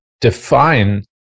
define